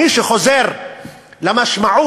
מי שחוזר למשמעות